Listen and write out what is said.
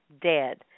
dead